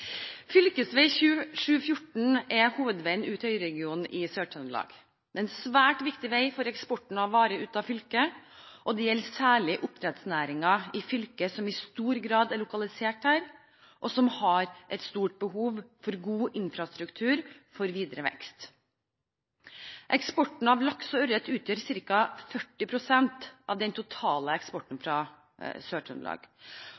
er hovedveien ut til øyregionen i Sør-Trøndelag. Det er en svært viktig vei for eksporten av varer ut av fylket, og det gjelder særlig oppdrettsnæringen i fylket, som i stor grad er lokalisert her, og som har et stort behov for god infrastruktur for videre vekst. Eksporten av laks og ørret utgjør ca. 40 pst. av den totale eksporten